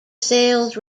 sales